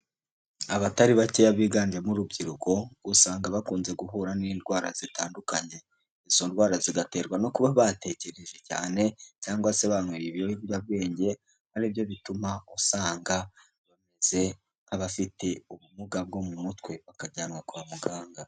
Abatari bakeya biganjemo urubyiruko, usanga bakunze guhura n'indwara zitandukanye. Izo ndwara zigaterwa no kuba batekereje cyane cyangwa se banyweye ibiyobyabwenge, ari byo bituma usanga bameze nk'abafite ubumuga bwo mu mutwe. Bakajyanwa kwa muganga.